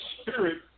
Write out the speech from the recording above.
spirit